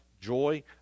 joy